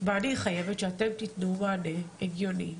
חייבת שאתם תתנו מענה הגיוני